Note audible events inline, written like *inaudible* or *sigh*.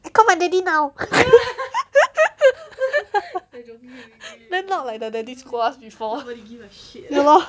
I call my daddy now *laughs* then not like the daddy scold us before ya loh